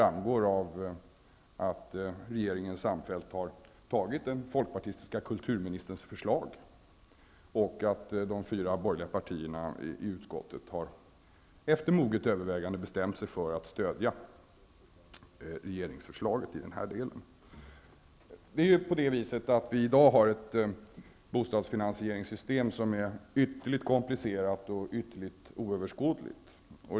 Regeringen har samhällt ställt sig bakom den folkpartistiska kulturministerns förslag, och de fyra regeringspartiernas ledamöter i utskottet har efter moget övervägande bestämt sig för att stödja regeringsförslaget i den här delen. Vi har ju i dag ett bostadsfinansieringssystem som är ytterligt komplicerat och oöverskådligt.